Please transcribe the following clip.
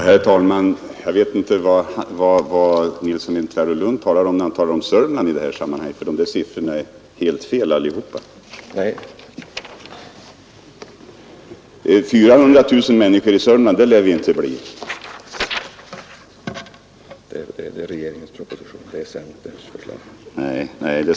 Herr talman! Jag vet inte vad herr Nilsson i Tvärålund menar, när han i detta sammanhang talar om Sörmland. Hans siffror är ju helt fel allihop. 400 000 människor i Sörmland lär vi inte bli.